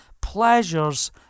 pleasures